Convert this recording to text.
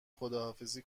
خداحافظی